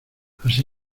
así